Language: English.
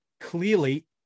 clearly